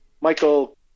Michael